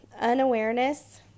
Unawareness